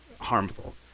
harmful